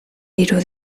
hiru